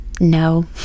No